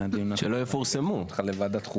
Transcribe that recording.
שלא יפורסמו בכלל לוועדת החוקה.